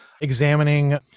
examining